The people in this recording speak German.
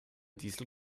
diesel